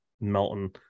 Melton